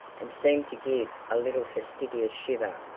and seemed to give a little fastidious shiver.